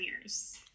years